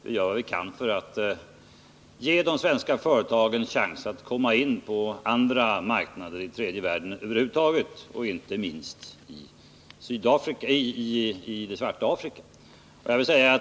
Vi gör vad vi kan för att ge de svenska företagen chans att komma in på andra marknader i tredje världen över huvud taget och inte minst i det svarta Afrika.